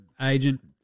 agent